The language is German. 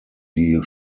die